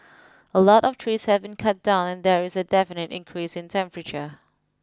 a lot of trees have been cut down and there is a definite increase in temperature